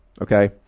okay